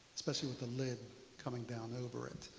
especially with the lid coming down over it.